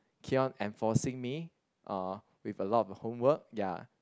keep on enforcing me uh with a lot of homework ya